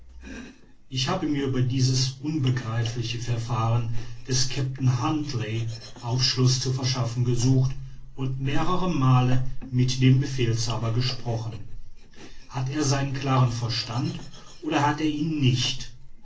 ich habe mir über dieses unbegreifliche verfahren des kapitän huntly aufschluß zu verschaffen gesucht und mehrere male mit dem befehlshaber gesprochen hat er seinen klaren verstand oder hat er ihn nicht